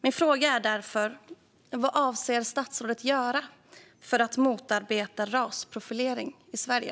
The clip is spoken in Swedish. Min fråga är därför: Vad avser statsrådet att göra för att motarbeta rasprofilering i Sverige?